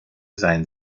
sein